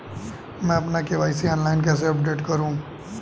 मैं अपना KYC online कैसे अपडेट करूँ?